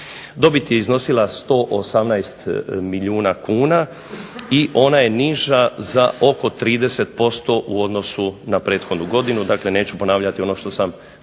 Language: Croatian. Dobit je iznosila 118 milijuna kuna i ona je niža za oko 30% u odnosu na prethodnu godinu. Dakle neću ponavljati ono što sam